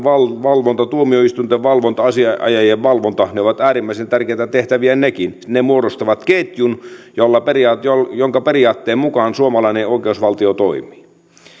valvonta tuomioistuinten valvonta asianajajien valvonta ovat äärimmäisen tärkeitä tehtäviä nekin ne muodostavat ketjun jonka periaatteen mukaan suomalainen oikeusvaltio toimii